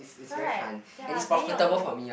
right ya being your own